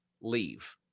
leave